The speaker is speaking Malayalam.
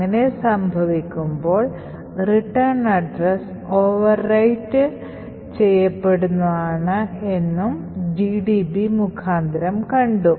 അങ്ങിനെ സംഭവിക്കുമ്പോൾ റിട്ടേൺ അഡ്രസ് overwrite ചെയ്യപ്പെടുന്നതാണ് എന്ന് GDB മുഖാന്തരം കണ്ടു